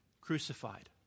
crucified